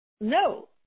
No